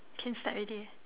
can start already